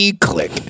Click